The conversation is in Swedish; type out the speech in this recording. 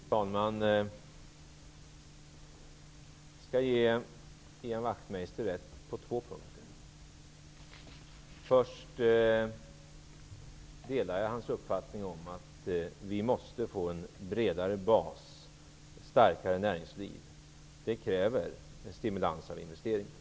Fru talman! Jag skall ge Ian Wachtmeister rätt på två punkter. Jag delar hans uppfattning att vi måste få en bredare bas, ett starkare näringsliv. För det krävs stimulanser av investeringar.